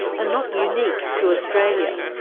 and not unique to australia.